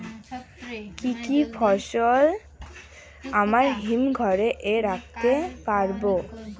কি কি ফসল আমরা হিমঘর এ রাখতে পারব?